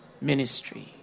ministry